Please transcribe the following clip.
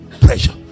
pressure